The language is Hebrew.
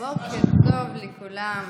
אינה נוכחת עאידה תומא סלימאן,